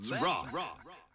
rock